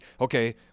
Okay